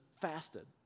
fasted